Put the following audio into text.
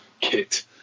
kit